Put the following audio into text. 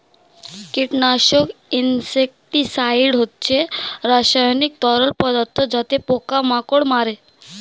কীটনাশক ইনসেক্টিসাইড হচ্ছে রাসায়নিক তরল পদার্থ যাতে পোকা মাকড় মারে